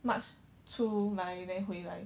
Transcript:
march 出满 then 回来